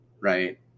right